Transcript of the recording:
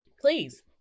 Please